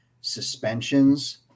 suspensions